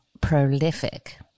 prolific